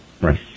Right